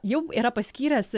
jau yra paskyręs